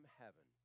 heaven